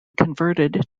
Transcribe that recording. converted